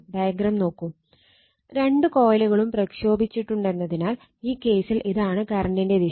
diagram നോക്കൂ രണ്ട് കോയിലുകളും പ്രക്ഷോഭിച്ചിട്ടുണ്ടെന്നതിനാൽ ഈ കേസിൽ ഇതാണ് കറണ്ടിന്റെ ദിശ